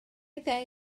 ddau